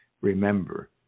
remember